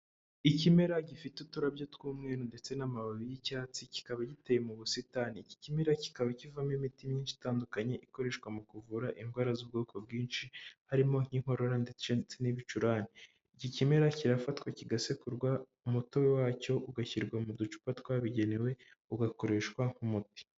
Ikimera gifite uturabyo tw'umweru ndetse n'amababi y'icyatsi kikaba giteye mu busitani, iki ikimera kikaba kivamo imiti myinshi itandukanye ikoreshwa mu kuvura indwara z'ubwoko bwinshi, harimo nk'inkorora ndetse n'ibicurane, iki kimera kirafatwa kigasekurwa umutobe wacyo ugashyirwa mu ducupa twabigenewe, ugakoreshwa nk'umuti.